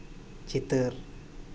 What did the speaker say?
ᱪᱤᱛᱟᱹᱨ